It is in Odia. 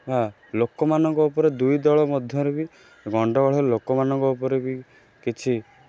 ବା ଲୋକମାନଙ୍କ ଉପରେ ଦୁଇ ଦଳ ମଧ୍ୟରେ ବି ଗଣ୍ଡଗୋଳ ହେଲେ ଲୋକମାନଙ୍କ ଉପରେ ବି କିଛି